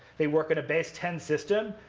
they work in a base ten system.